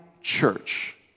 church